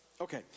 Okay